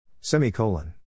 Semicolon